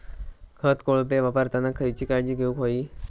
खत कोळपे वापरताना खयची काळजी घेऊक व्हयी?